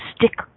stick